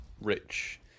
rich